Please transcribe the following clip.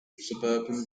suburban